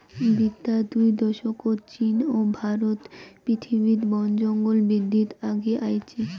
বিতা দুই দশকত চীন ও ভারত পৃথিবীত বনজঙ্গল বিদ্ধিত আগে আইচে